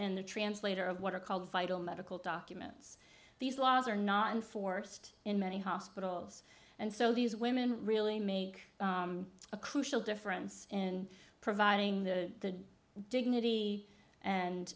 n the translator of what are called vital medical documents these laws are not enforced in many hospitals and so these women really make a crucial difference in providing the dignity and